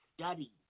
study